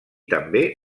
també